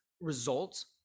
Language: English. results